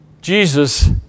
Jesus